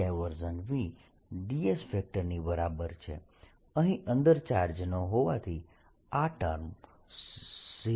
dS ની બરાબર છે અહીં અંદર ચાર્જ ન હોવાથી આ ટર્મ 0 થઇ જશે